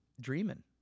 dreaming